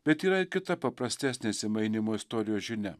bet yra ir kita paprastesnė atsimainymo istorijos žinia